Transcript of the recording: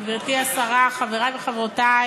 גברתי השרה, חברותי